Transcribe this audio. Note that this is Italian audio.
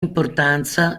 importanza